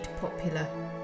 popular